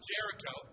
Jericho